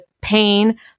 Pain